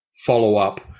follow-up